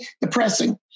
depressing